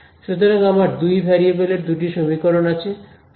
সুতরাং আমার 2 ভেরিয়েবল এর দুটি সমীকরণ আছে